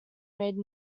made